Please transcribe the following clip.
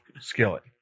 Skillet